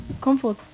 comfort